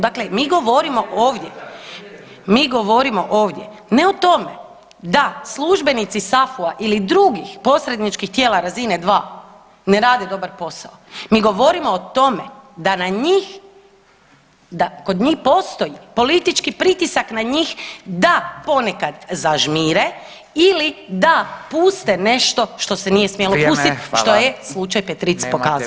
Dakle, mi govorimo ovdje, mi govorimo ovdje ne o tome da službenici SAFU-a ili drugih posredničkih tijela razine 2 ne rade dobar posao, mi govorimo o tome da na njih, da kod njih postoji politički pritisak na njih da ponekad zažmire ili da puste nešto što se nije smjelo pustiti [[Upadica: Vrijeme, hvala.]] što je slučaj Petric pokazao.